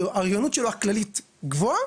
האוריינות שלו הכללית גבוהה,